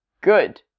good